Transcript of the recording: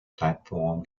platform